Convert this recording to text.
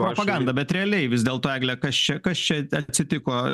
propoganda bet realiai vis dėlto egle kas čia kas čia atsitiko